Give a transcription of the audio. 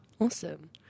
Awesome